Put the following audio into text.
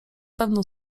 pewno